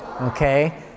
Okay